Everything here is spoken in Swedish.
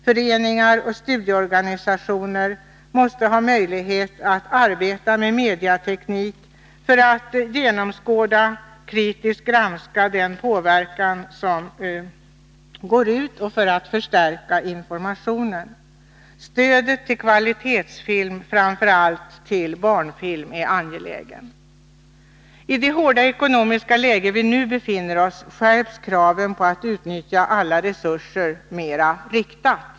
Föreningar och studieorganisationer måste ha möjlighet att arbeta med mediateknik för att genomskåda och kritiskt granska den påverkan som går ut och för att förstärka informationen. Stödet till kvalitetsfilm, framför allt barnfilm, är angeläget. I det hårda ekonomiska läge vi befinner oss i skärps kraven på att utnyttja alla resurser mera riktat.